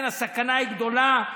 לכן הסכנה היא גדולה,